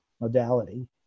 modality